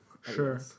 Sure